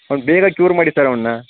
ಅವ್ನ ಬೇಗ ಕ್ಯೂರ್ ಮಾಡಿ ಸರ್ ಅವನ್ನ